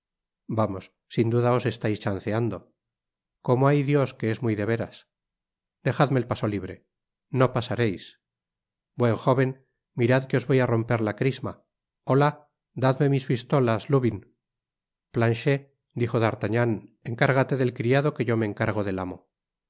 vamos sin duda os estais chanceando como hay dios que es muy de veras dejadme el paso libre no pasareis buen jóven mirad que os voy á romper la crisma ola dadme mis pistolas lvi planchet dijo d'artagnan encárgate del criado que yo me encargo del amo